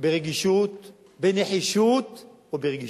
בנחישות וברגישות,